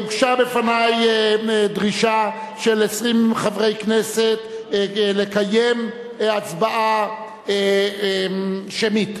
הוגשה בפני דרישה של 20 חברי כנסת לקיים הצבעה שמית.